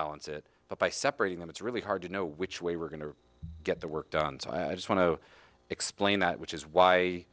balance it but by separating them it's really hard to know which way we're going to get the work done so i just want to explain that which is why